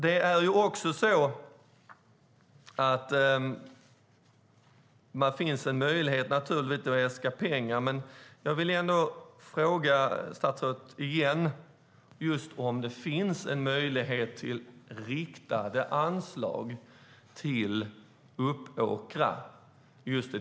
Det finns naturligtvis möjlighet att äska pengar, men jag vill ändå fråga statsrådet igen: Finns det en möjlighet till riktade anslag till Uppåkra?